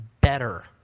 better